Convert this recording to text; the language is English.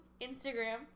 Instagram